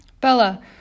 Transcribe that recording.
Bella